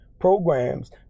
programs